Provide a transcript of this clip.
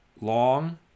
long